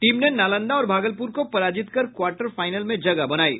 team ने नालंदा और भागलपुर को पराजित कर क्वार्टर फाईनल में जगह बनायी